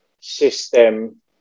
system